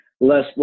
Less